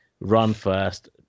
run-first